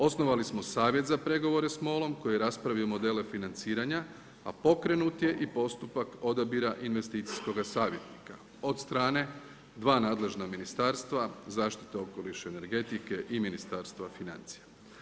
Osnovali smo savjet za pregovore s MOL-om, koje je raspravljao modele financiranja, a pokrenut je i postupak odabiranja investicijskog savjetnika, od strane 2 nadležna ministarstva, zaštite okoliše i energetike i Ministarstva financija.